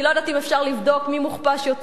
אני לא יודעת אם אפשר לבדוק מי מוכפש יותר,